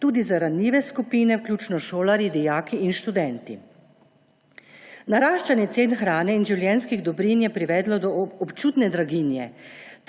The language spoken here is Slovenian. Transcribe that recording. tudi za ranljive skupine, vključno s šolarji, dijaki in študenti. Naraščanje cen hrane in življenjskih dobrin je privedlo do občutne draginje,